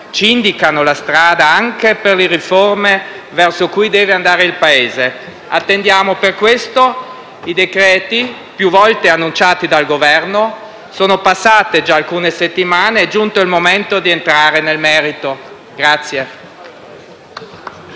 ci indicano la strada anche per le riforme verso cui deve andare il Paese. Attendiamo per questo i decreti, più volte annunciati dal Governo. Sono passate già alcune settimane. È giunto il momento di entrare nel merito.